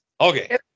Okay